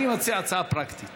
אני מציע הצעה פרקטית